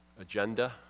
agenda